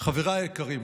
חבריי היקרים,